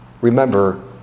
Remember